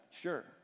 sure